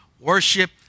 worship